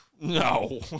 No